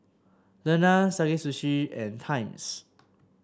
Lenas Sakae Sushi and Times